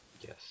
yes